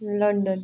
London